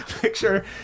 Picture